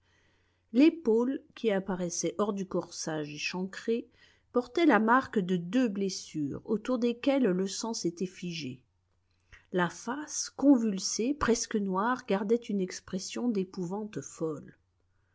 l'épaule qui apparaissait hors du corsage échancré portait la marque de deux blessures autour desquelles le sang s'était figé la face convulsée presque noire gardait une expression d'épouvante folle